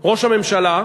ראש הממשלה,